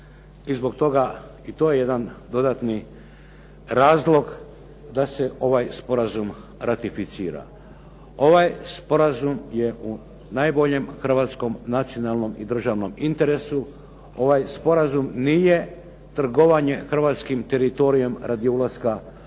i zbog toga i to je jedan dodatni razlog da se ovaj sporazum ratificira. Ovaj sporazum je u najboljem hrvatskom nacionalnom i državnom interesu. Ovaj sporazum nije trgovanje hrvatskim teritorijem radi ulaska u